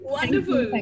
Wonderful